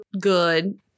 good